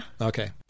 Okay